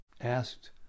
asked